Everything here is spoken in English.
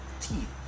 teeth